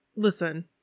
listen